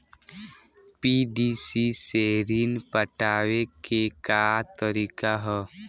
PDC से ऋण पटावे के का तरीका ह?